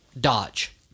dodge